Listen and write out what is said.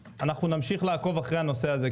נמשיך לעקוב אחרי הנושא זה,